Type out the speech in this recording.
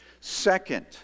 Second